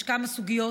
יש כמה סוגיות.